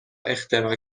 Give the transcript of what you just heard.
اختراع